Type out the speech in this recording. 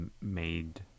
made